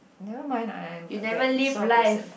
never mind I am that sort of person